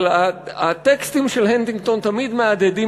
אבל הטקסטים של הנטינגטון תמיד מהדהדים